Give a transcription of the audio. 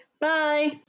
Bye